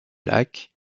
lac